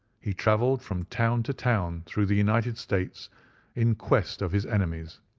he travelled from town to town through the united states in quest of his enemies.